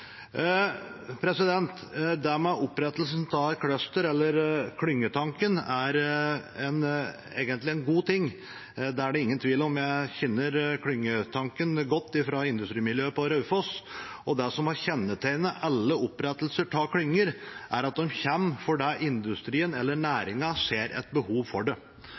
Det med opprettelsen av et cluster – eller klyngetanken – er egentlig en god ting. Det er det ingen tvil om. Jeg kjenner klyngetanken godt fra industrimiljøet på Raufoss, og det som har kjennetegnet alle opprettelser av klynger, er at de kommer fordi industrien eller næringen ser et behov for det.